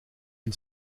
een